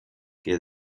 que